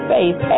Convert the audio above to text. Faith